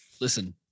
Listen